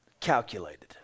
calculated